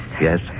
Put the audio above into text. Yes